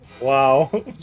wow